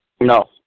No